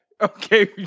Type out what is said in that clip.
Okay